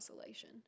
isolation